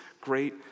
great